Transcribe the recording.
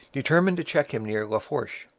determined to check him near la fourche,